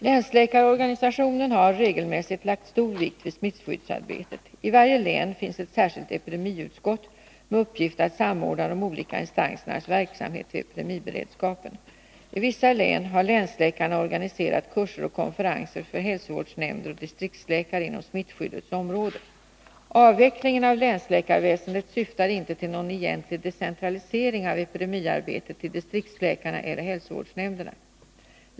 Länsläkarorganisationen har regelmässigt lagt stor vikt vid smittskyddsarbetet. I varje län finns ett särskilt epidemiutskott med uppgift att samordna de olika instansernas verksamhet vid epidemiberedskapen. I vissa län har länsläkarna organiserat kurser och konferenser för hälsovårdsnämnder och distriktsläkare inom smittskyddets område. Avvecklingen av länsläkarväsendet syftar inte till någon egentlig decentralisering av epidemiarbetet till distriktsläkarna eller hälsovårdsnämnderna.